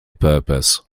purpose